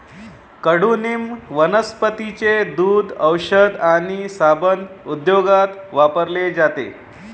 कडुनिंब वनस्पतींचे दूध, औषध आणि साबण उद्योगात वापरले जाते